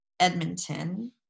Edmonton